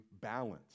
balance